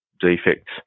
defects